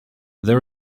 there